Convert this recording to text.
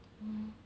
mm